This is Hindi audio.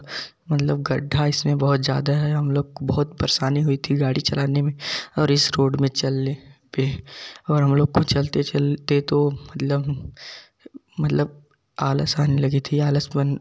मतलब गड्ढा इसमें बहुत ज़्यादा है हम लोग को बहुत परेशानी हुई थी गाड़ी चलाने में और इस रोड में चलने पर और हम लोग को चलते चलते तो मतलब मतलब आलस आने लगी थी आलसपन